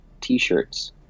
T-shirts